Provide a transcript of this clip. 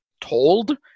told